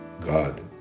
God